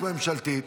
יש הצעת חוק ממשלתית,